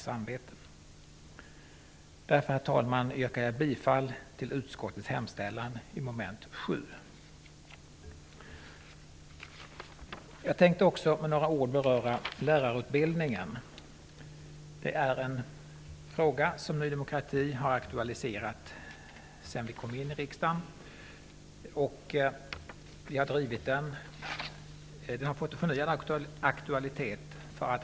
Därför yrkar jag, herr talman, bifall till utskottets hemställan under mom. 7. Jag tänkte också med några ord beröra lärarutbildningen. Det är en fråga som Ny demokrati har aktualiserat sedan vi kom in i riksdagen. Vi har drivit den. Frågan har fått förnyad aktualitet.